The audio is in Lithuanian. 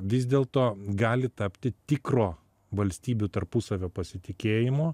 vis dėlto gali tapti tikro valstybių tarpusavio pasitikėjimo